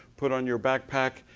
put on your backpack,